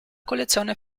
collezione